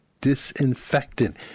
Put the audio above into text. disinfectant